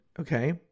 Okay